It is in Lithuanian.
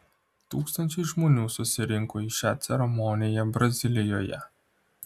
tūkstančiai žmonių susirinko į šią ceremoniją brazilijoje